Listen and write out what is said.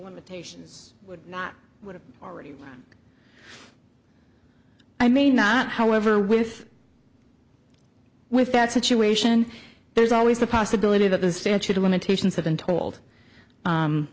limitations would not would have already i may not however with with that situation there's always the possibility that the statute of limitations had been told